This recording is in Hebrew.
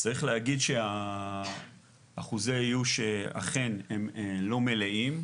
צריך להגיד שאחוזי האיוש אכן הם לא מלאים,